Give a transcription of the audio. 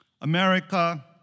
America